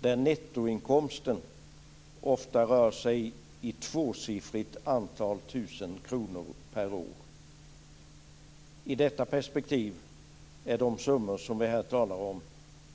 Den nettoinkomsten rör sig ofta om ett tvåsiffrigt antal tusen kronor per år. I detta perspektiv är de summor vi här talar om